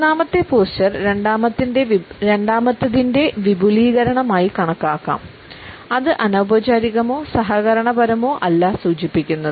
മൂന്നാമത്തെ പോസ്ചർ രണ്ടാമത്തേതിന്റെ വിപുലീകരണമായി കണക്കാക്കാം അത് അനൌപചാരികമോ സഹകരണപരമോ അല്ല സൂചിപ്പിക്കുന്നത്